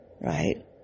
Right